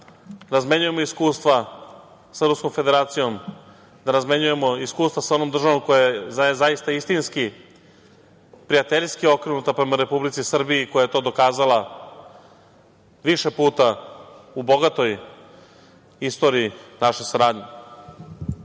razmenjujemo iskustva sa Ruskom Federacijom, da razmenjujemo iskustva sa onom državom koja je zaista istinski prijateljski okrenuta prema Republici Srbiji i koja je to dokazala više puta u bogatoj istoriji naše saradnje. Imate